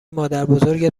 مادربزرگت